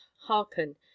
hearken